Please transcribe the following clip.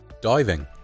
Diving